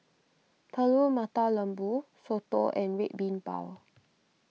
Telur Mata Lembu Soto and Red Bean Bao